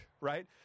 right